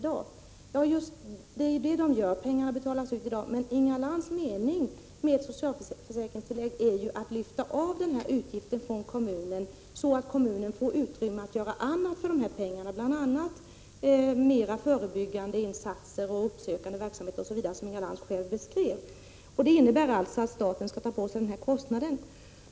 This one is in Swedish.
Ja, just det, men meningen med ett socialförsäkringstillägg är ju att lyfta av denna utgift från kommunen så att kommunen får utrymme att göra annat för pengarna, bl.a. mera förebyggande insatser, uppsökande verksamhet osv., som Inga Lantz själv beskrev. Det innebär att staten skall ta på sig denna kostnad.